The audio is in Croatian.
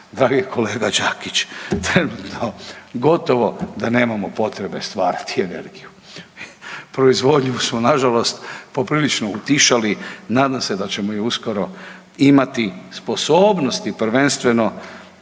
dragi kolega Đakić, trenutno gotovo da nemamo potrebe stvarati energiju. Proizvodnju smo nažalost poprilično utišali, nadam se da ćemo ju uskoro imati sposobnosti prvenstveno,